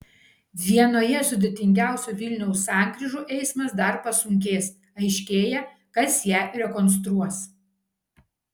vienoje sudėtingiausių vilniaus sankryžų eismas dar pasunkės aiškėja kas ją rekonstruos